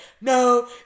no